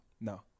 No